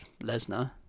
Lesnar